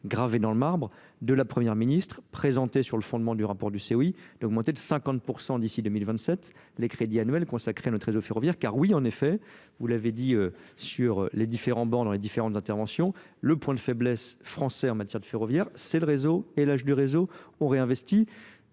gravé dans le marbre de la première ministre présenté sur le fondement du rapport du e i d'augmenter de cinquante d'ici deux mille vingt sept les crédits annuels consacrés à notre réseau ferroviaire car oui en effet vous l'avez dit sur les différents bancs dans les différentes interventions le point de faiblesse français en matière de ferroviaire c'est le réseau et l'âge du réseau ont réinvestit